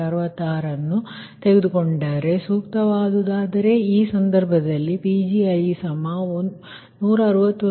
66ನ್ನು ತೆಗೆದುಕೊಂಡರೆ ಸೂಕ್ತವಾದುದಾದರೆ ಆ ಸಂದರ್ಭದಲ್ಲಿ Pg1 161